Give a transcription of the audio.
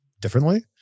differently